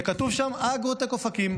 שכתוב שם: "אגרוטק אופקים".